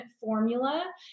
formula